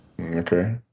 Okay